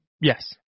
Yes